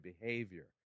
behavior